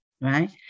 right